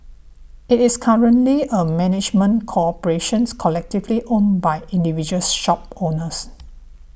it is currently a management corporations collectively owned by individual's shop owners